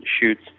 shoots